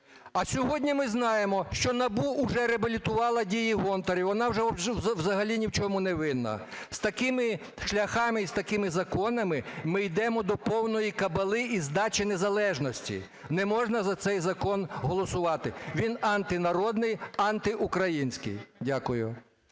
А сьогодні ми знаємо, що НАБУ уже реабілітувало дії Гонтаревої, вона вже взагалі ні в чому невинна. З такими шляхами і з такими законами ми йдемо до повної кабали і здачі незалежності. Не можна за цей закон голосувати, він антинародний, антиукраїнський. Дякую.